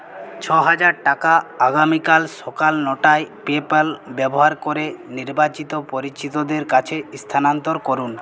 ছ হাজার টাকা আগামীকাল সকাল নটায় পেপ্যাল ব্যবহার করে নির্বাচিত পরিচিতদের কাছে স্থানান্তর করুন